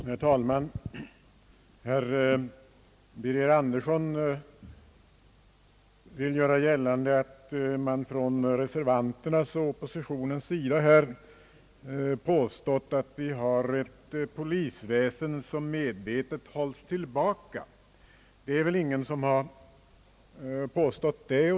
Herr talman! Herr Birger Andersson vill göra gällande att man från reservanternas och oppositionens sida påstått att vi har ett polisväsen som medvetet hålls tillbaka. Det är väl ingen som har påstått det!